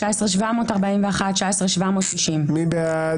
18,841 עד 18,860. מי בעד?